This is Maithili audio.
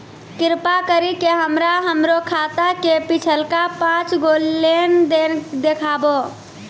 कृपा करि के हमरा हमरो खाता के पिछलका पांच गो लेन देन देखाबो